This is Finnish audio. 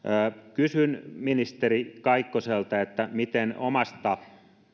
kysyn ministeri kaikkoselta miten omasta